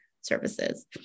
services